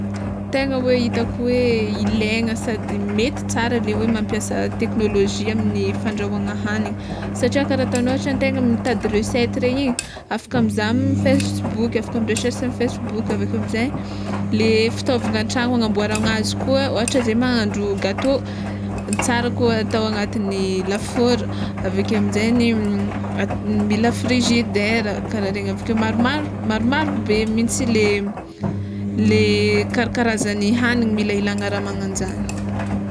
Tegna hoe hitako hoe ilaigna sady mety tsara le hoe mampiasa teknôlojia amin'ny fandrahoana hagniny, satria kara ataonao ohatra antegna mitady recetty regny igny afaka mizaha amy facebook afaka mirecherche amy facebook aveke amizay le fitaovag, na an-tragno hagnamboarana anazy koa, ôhatra zay mahandro gatô, tsara koa atao agnatin'ny lafaoro aveke aminjay, ny mila frizidera kara regny avike, maromaro maromaro be mintsy le le karakarazagny hagniny mila ilagna raha magnanjagny.